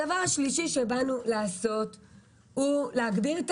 הדבר השלישי שבאנו לעשות הוא להגביר את